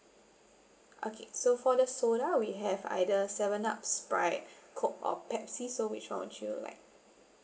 okay so for the soda we have either seven up sprite coke or Pepsi so which [one] would you like